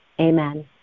Amen